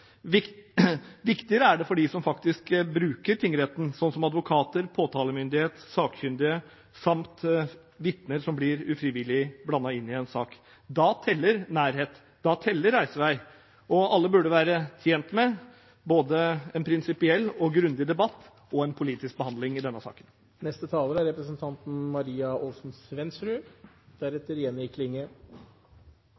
det for dem som faktisk bruker tingrettene, som advokater, påtalemyndighet, sakkyndige samt vitner som blir ufrivillig blandet inn i en sak. Da teller nærhet, da teller reisevei. Alle burde være tjent med en prinsipiell og grundig debatt og en politisk behandling i denne saken.